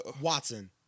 Watson